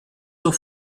zur